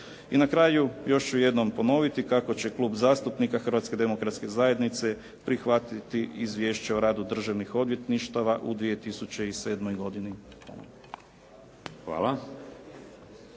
I na kraju, još ću jednom ponoviti kako će Klub zastupnika Hrvatske demokratske zajednice prihvatiti Izvješće o radu državnih odvjetništava u 2007. godini. Hvala.